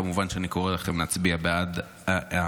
כמובן שאני קורא לכם להצביע בעד ההצעה.